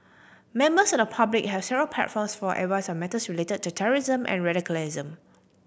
members of the public have several platforms for advice on matters related to terrorism and radicalism